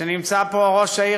נמצא פה ראש העיר,